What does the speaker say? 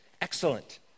excellent